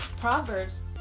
Proverbs